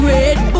Red